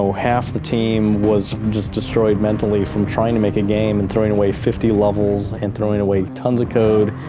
half the team was just destroyed mentally from trying to make a and game and throwing away fifty levels and throwing away tons of code.